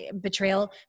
betrayal